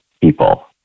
people